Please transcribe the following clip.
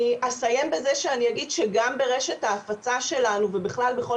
אני אסיים בזה שאני אגיד שגם ברשת ההפצה שלנו ובכל בכל